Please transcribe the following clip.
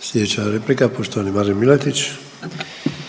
Slijedeća replika poštovani Marin Miletić. **Miletić, Marin